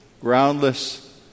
groundless